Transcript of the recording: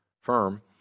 firm